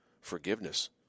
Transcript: forgiveness